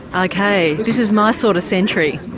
ok, this is my sort of century.